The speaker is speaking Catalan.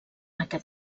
aquest